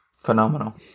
phenomenal